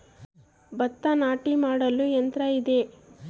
ಭತ್ತ ನಾಟಿ ಮಾಡಲು ಯಂತ್ರ ಇದೆಯೇ?